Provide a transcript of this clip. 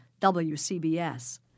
WCBS